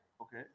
Okay